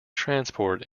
transport